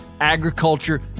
agriculture